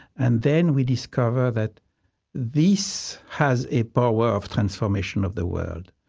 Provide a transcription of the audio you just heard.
and then we discover that this has a power of transformation of the world.